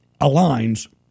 aligns